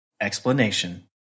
explanation